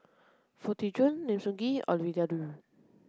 Foo Tee Jun Lim Sun Gee Ovidia Yu